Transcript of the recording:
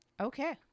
Okay